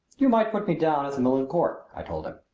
you might put me down at the milan court, i told him,